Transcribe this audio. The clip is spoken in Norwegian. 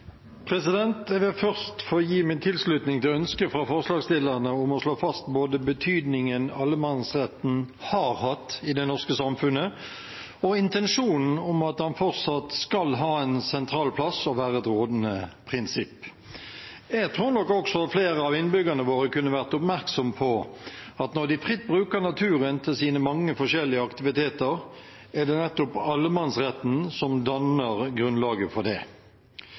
Jeg vil først få gi min tilslutning til ønsket fra forslagsstillerne om å slå fast både betydningen allemannsretten har hatt i det norske samfunnet, og intensjonen om at den fortsatt skal ha en sentral plass og være et rådende prinsipp. Jeg tror nok også at flere av innbyggerne våre kunne vært oppmerksomme på at når de fritt bruker naturen til sine mange forskjellige aktiviteter, er det nettopp allemannsretten som danner grunnlaget for det.